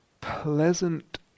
pleasant